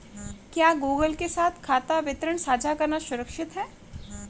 क्या गूगल के साथ खाता विवरण साझा करना सुरक्षित है?